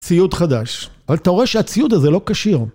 ציוד חדש, אבל אתה רואה שהציוד הזה לא כשיר